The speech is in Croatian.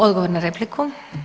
Odgovor na repliku.